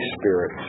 Spirit